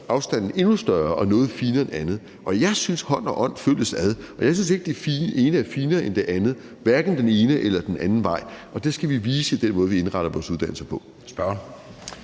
at det vil signalere, at noget er finere end andet. Jeg synes, at hånd og ånd følges ad, og jeg synes ikke, at det ene er finere end det andet, hverken den ene eller den anden vej, og det skal vi vise i den måde, vi indretter vores uddannelser på. Kl.